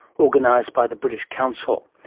organised by the british council.